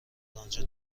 آنجا